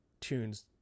tunes